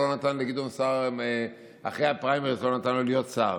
נתניהו לא נתן לגדעון סער להיות שר.